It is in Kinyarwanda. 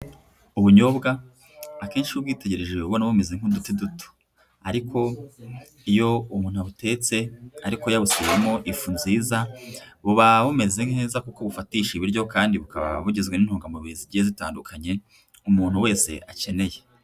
Ubunyobwa akenshi iyo ubwitegereje uba ubona bumeze nk'uduti duto ariko iyo umuntu abutetse ariko yabuseyemo ifu nziza, buba bumeze neza kuko ubufatisha ibiryo kandi bukaba bugizwe n'intungamubiri zigiye zitandukanye, umuntu wese akeneye.